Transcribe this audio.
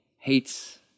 hates